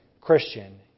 Christian